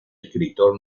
escritor